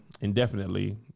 indefinitely